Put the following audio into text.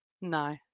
No